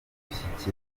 gushyikiriza